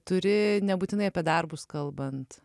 turi nebūtinai apie darbus kalbant